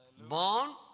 Born